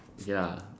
ya